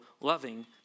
loving